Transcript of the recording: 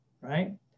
right